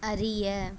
அறிய